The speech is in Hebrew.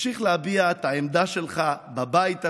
שתמשיך להביע את העמדה שלך בבית הזה,